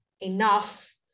enough